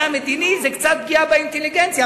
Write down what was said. המדיני זה קצת פגיעה באינטליגנציה,